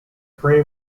prey